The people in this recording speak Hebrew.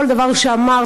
בכל דבר שאמרת,